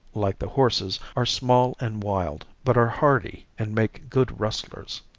like the horses, are small and wild, but are hardy and make good rustlers.